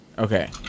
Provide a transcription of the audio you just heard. Okay